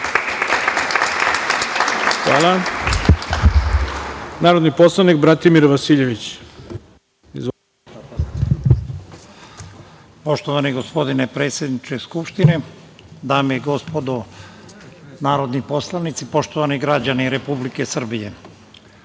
Vasiljević. Izvolite. **Bratimir Vasiljević** Poštovani gospodine predsedniče Skupštine, dame i gospodo narodni poslanici, poštovani građani Republike Srbije,